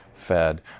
fed